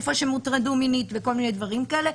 איפה שהן הוטרדו מינית וכל מיני דברים כאלה.